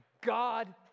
God